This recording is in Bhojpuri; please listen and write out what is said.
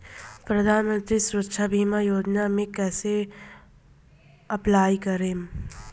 प्रधानमंत्री सुरक्षा बीमा योजना मे कैसे अप्लाई करेम?